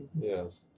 Yes